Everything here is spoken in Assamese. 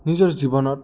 নিজৰ জীৱনত